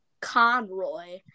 Conroy